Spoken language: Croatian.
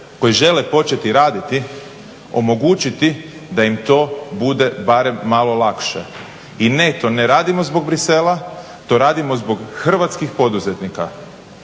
koji žele početi raditi omogućiti da im to bude barem malo lakše. I ne to ne radimo zbog Bruxellesa, to radimo zbog hrvatskih poduzetnika.